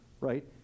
right